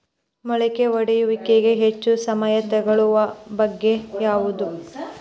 ಮೊಳಕೆ ಒಡೆಯುವಿಕೆಗೆ ಹೆಚ್ಚು ಸಮಯ ತೆಗೆದುಕೊಳ್ಳುವ ಬೆಳೆ ಯಾವುದು?